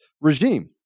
regime